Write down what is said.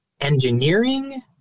engineering